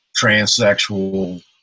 transsexual